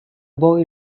boy